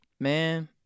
man